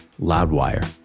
Loudwire